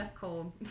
cold